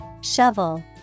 Shovel